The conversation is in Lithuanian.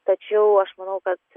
tačiau aš manau kad